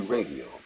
Radio